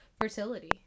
fertility